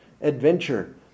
adventure